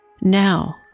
Now